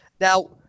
Now